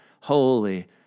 holy